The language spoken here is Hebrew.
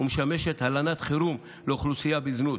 ומשמשת הלנת חירום לאוכלוסייה בזנות.